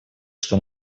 что